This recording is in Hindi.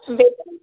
वेतन